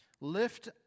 Lift